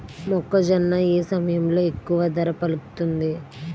మొక్కజొన్న ఏ సమయంలో ఎక్కువ ధర పలుకుతుంది?